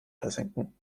versinken